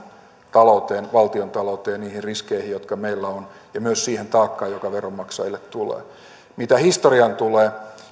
valtiontalouteen ja niihin riskeihin jotka meillä on ja myös siihen taakkaan joka veronmaksajille tulee mitä historiaan tulee